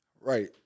right